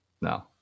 no